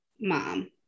mom